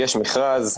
יש מכרז,